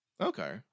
okay